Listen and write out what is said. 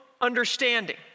understanding